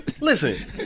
Listen